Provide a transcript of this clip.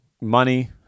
money